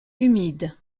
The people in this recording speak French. humide